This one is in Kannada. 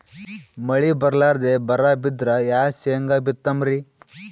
ಮಳಿ ಬರ್ಲಾದೆ ಬರಾ ಬಿದ್ರ ಯಾ ಶೇಂಗಾ ಬಿತ್ತಮ್ರೀ?